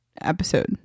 episode